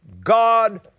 God